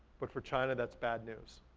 but for china, that's bad news.